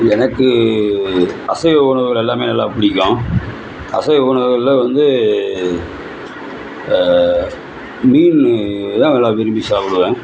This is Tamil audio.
எனக்கு அசைவ உணவுகளெல்லாமே நல்லா பிடிக்கும் அசைவ உணவுகளில் வந்து மீனு தான் நல்லா விரும்பி சாப்புடுவேன்